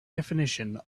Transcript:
definition